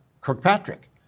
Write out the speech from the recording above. Kirkpatrick